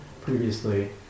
previously